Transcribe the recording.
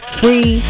free